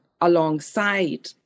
alongside